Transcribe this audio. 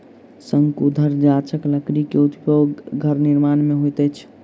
शंकुधर गाछक लकड़ी के उपयोग घर निर्माण में होइत अछि